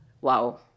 wow